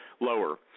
Lower